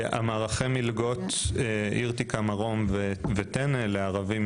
מערכי המלגות --- וטנא לערבים,